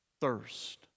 thirst